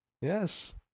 Yes